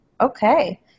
Okay